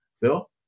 Phil